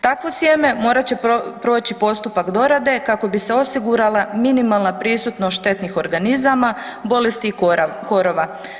Takvo sjeme morat će proći postupak dorade kako bi se osigurala minimalna prisutnost štetnih organizama, bolesti i korova.